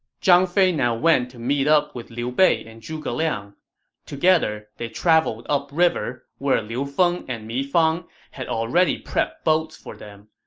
zhang fei now went to meet up with liu bei and zhuge liang, and together they traveled up river, where liu feng and mi fang had already prepped boats for them.